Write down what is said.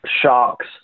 shocks